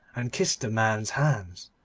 and kissed the man's hands.